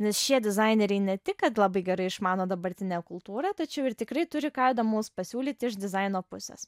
nes šie dizaineriai ne tik kad labai gerai išmano dabartinę kultūrą tačiau ir tikrai turi ką įdomaus pasiūlyti iš dizaino pusės